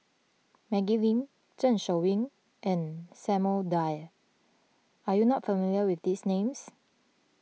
Maggie Lim Zeng Shouyin and Samuel Dyer are you not familiar with these names